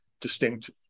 distinct